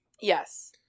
Yes